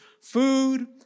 food